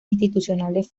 institucionales